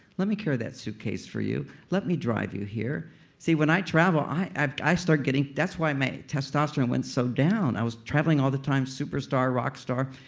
let me carry that suitcase for you. let me drive you here see, when i travel, i i start getting. that's why my testosterone went so down. i was traveling all the time, superstar, rockstar.